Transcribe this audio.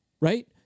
right